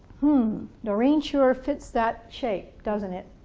hmm, noreen sure fits that shape, doesn't it?